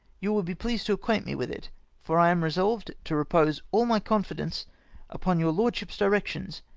you will be pleased to acquaint me with it for i am resolved to repose all my confidence upon your lordship's directions,